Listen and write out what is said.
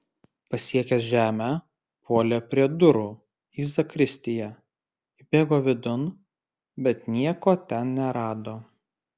pasiekęs žemę puolė prie durų į zakristiją įbėgo vidun bet nieko ten nerado